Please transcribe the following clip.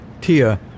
Tia